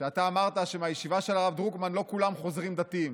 שאתה אמרת שמהישיבה של הרב דרוקמן לא כולם חוזרים דתיים,